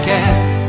Cast